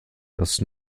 dass